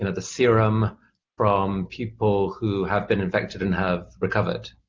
and the serum from people who have been infected and have recovered?